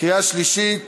קריאה שלישית